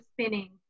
spinning